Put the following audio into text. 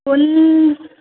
one